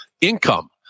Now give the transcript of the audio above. income